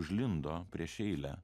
užlindo prieš eilę